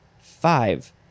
Five